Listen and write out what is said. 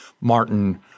Martin